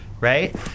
right